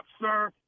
sir